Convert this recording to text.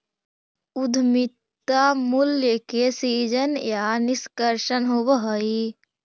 उद्यमिता मूल्य के सीजन या निष्कर्षण होवऽ हई